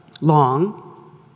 long